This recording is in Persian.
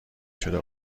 شده